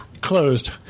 closed